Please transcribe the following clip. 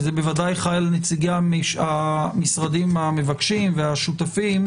וזה בוודאי חל על נציגי המשרדים המבקשים והשותפים,